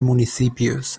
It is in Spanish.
municipios